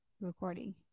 recording